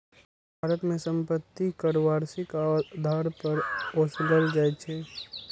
भारत मे संपत्ति कर वार्षिक आधार पर ओसूलल जाइ छै